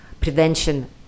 prevention